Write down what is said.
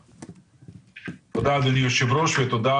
תודה אדוני היו"ר ותודה